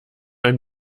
ein